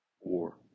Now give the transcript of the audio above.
war